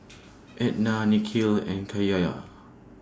Etna Nikhil and